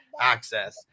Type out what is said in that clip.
access